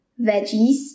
veggies